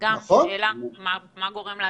השאלה היא מה גורם להדבקה?